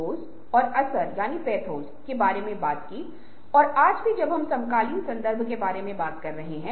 बुद्धी के बराबर बुद्धिमत्ता है